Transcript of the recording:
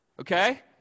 okay